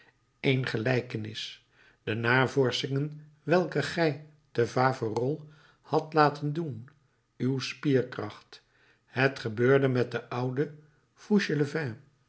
een gelijkenis de navorschingen welke gij te faverolles had laten doen uw spierkracht het gebeurde met den ouden